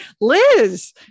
Liz